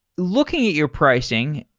looking at your pricing,